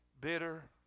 bitter